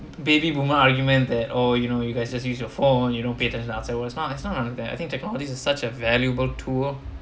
baby boomer argument at all you know you guys just use your phone you don't pay attention outside world it's not all that I think technologies is such a valuable tool